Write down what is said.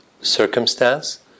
Circumstance